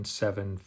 seven